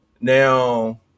Now